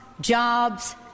jobs